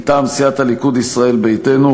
מטעם סיעת הליכוד ישראל ביתנו,